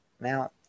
Now